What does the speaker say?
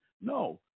No